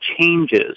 changes